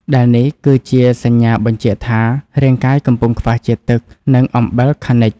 ដែលនេះគឺជាសញ្ញាបញ្ជាក់ថា រាងកាយកំពុងខ្វះជាតិទឹក និងអំបិលខនិជ។